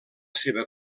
seva